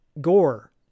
Gore